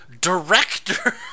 director